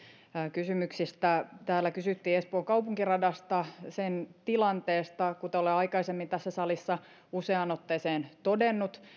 kysymyksistä täällä kysyttiin espoon kaupunkiradasta sen tilanteesta kuten olen aikaisemmin tässä salissa useaan otteeseen todennut